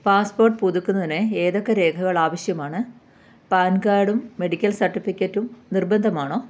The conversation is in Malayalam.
പാസ്പോർട്ട് പുതുക്കുന്നതിന് ഏതൊക്കെ രേഖകൾ ആവശ്യമാണ് പാൻ കാർഡും മെഡിക്കൽ സർട്ടിഫിക്കറ്റും നിർബന്ധമാണോ